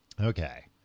Okay